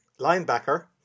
linebacker